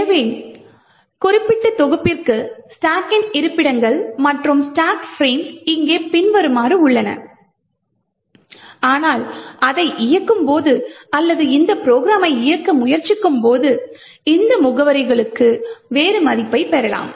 எனவே குறிப்பிட்ட தொகுப்பிற்கு ஸ்டாக்கின் இருப்பிடங்கள் மற்றும் ஸ்டாக் ஃபிரேம் இங்கே பின்வருமாறு உள்ளன ஆனால் அதை இயக்கும்போது அல்லது இந்த ப்ரோக்ராமை இயக்க முயற்சிக்கும்போது இந்த முகவரிகளுக்கு வேறு மதிப்பைப் பெறலாம்